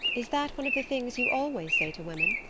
is that one of the things you always say to women?